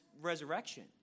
resurrection